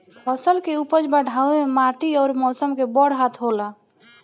फसल के उपज बढ़ावे मे माटी अउर मौसम के बड़ हाथ होला